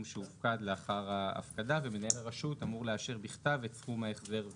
שהופקד לאחר ההפקדה ומנהל הרשות אמור לאשר בכתב את הסכום ההחזר ותנאיו.